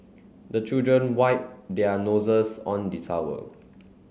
the children wipe their noses on the towel